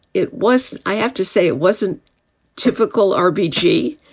it was i have to say, it wasn't typical or b g.